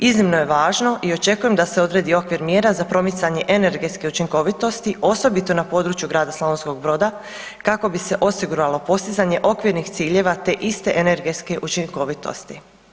Iznimno je važno i očekujem da se odredi okvir mjera za promicanje energetske učinkovitosti osobito na području Grada Slavonskog Broda kako bi se osiguralo postizanje okvirnih ciljeva te iste energetske učinkovitosti.